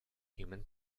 human